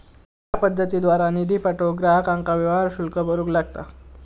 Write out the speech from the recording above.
या पद्धतीद्वारा निधी पाठवूक ग्राहकांका व्यवहार शुल्क भरूक लागता